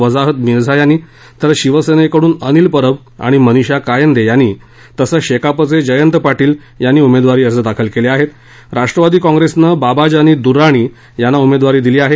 वजाहत मिझा यांनी तर शिवसेनेकडून अनिल परब आणि मनीषा कायंदे यांनी तसंच शेकापचे जयंत पाटील यांनी उमेदवारी अर्ज दाखल केले आहेत राष्ट्रवादी काँग्रेसनं बाबाजानी दुर्राणी यांना उमेदवारी दिली आहे